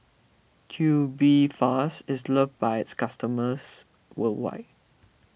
Tubifast is loved by its customers worldwide